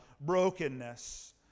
brokenness